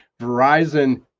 verizon